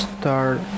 Start